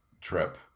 trip